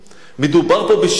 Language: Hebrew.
מדובר פה בשיטפון.